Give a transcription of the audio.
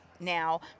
now